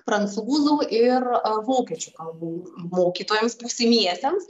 prancūzų ir vokiečių kalbų mokytojams būsimiesiems